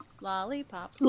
Lollipop